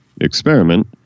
experiment